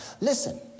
Listen